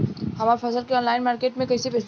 हमार फसल के ऑनलाइन मार्केट मे कैसे बेचम?